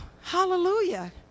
Hallelujah